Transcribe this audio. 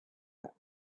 that